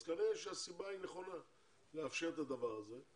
אז כנראה שהסיבה לאפשר את הדבר הזה היא נכונה.